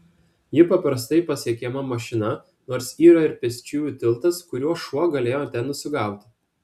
ji paprastai pasiekiama mašina nors yra ir pėsčiųjų tiltas kuriuo šuo galėjo ten nusigauti